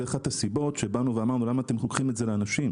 זו אחת הסיבות שאמרנו למה אתם לוקחים את זה לאנשים?